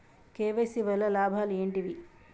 KYC వల్ల లాభాలు ఏంటివి?